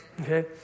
okay